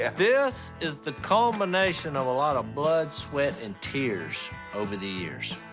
this is the culmination of a lot of blood, sweat, and tears over the years,